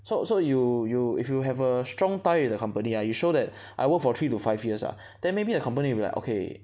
so so you you if you have a strong tie with the company ah you show that I work for three to five years ah then maybe the company will be like okay